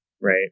right